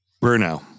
Bruno